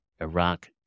Iraq